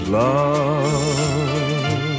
love